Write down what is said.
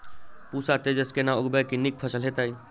पूसा तेजस केना उगैबे की नीक फसल हेतइ?